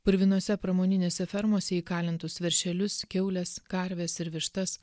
purvinuose pramoninėse fermose įkalintus veršelius kiaules karves ir vištas